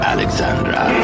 Alexandra